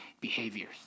behaviors